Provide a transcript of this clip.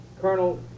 Colonel